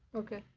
okay.